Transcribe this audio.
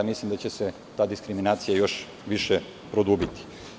Mislim da će se ta diskriminacija još više produbiti.